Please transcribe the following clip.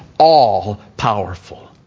All-powerful